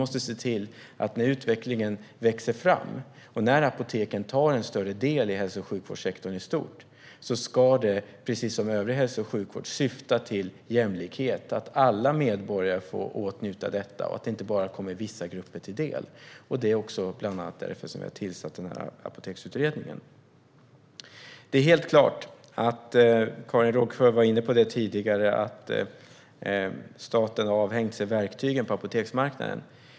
Men när utvecklingen fortskrider och apoteken tar en större del i hälso och sjukvårdssektorn i stort måste politikens uppgift vara att värna jämlikheten, precis som med övrig hälso och sjukvård. Alla medborgare ska få åtnjuta detta. Det ska inte bara komma vissa grupper till del. Det är också bland annat därför vi har tillsatt den här apoteksutredningen. Karin Rågsjö var inne på att staten har avhänt sig verktygen på apoteksmarknaden.